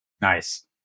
Nice